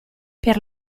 per